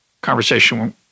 conversation